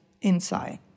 inside